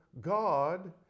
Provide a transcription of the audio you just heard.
God